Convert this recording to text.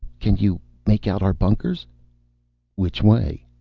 can you make out our bunkers which way?